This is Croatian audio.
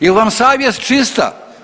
Jel vam savjest čista?